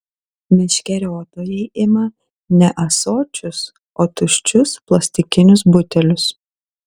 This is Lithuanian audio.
meškeriotojai ima ne ąsočius o tuščius plastikinius butelius